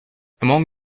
among